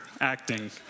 acting